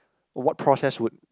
what process would